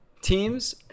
teams